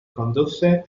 conduce